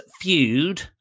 feud